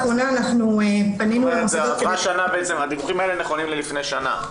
עברה שנה והדיווחים נכונים ללפני שנה.